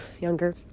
younger